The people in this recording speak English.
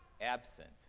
absent